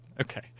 Okay